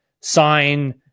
sign